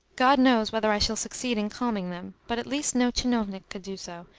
god knows whether i shall succeed in calming them, but at least no tchinovnik could do so,